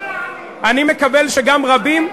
אני מקבל שגם רבים,